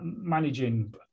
managing